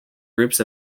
groups